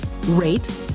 rate